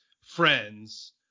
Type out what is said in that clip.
friends